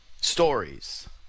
Stories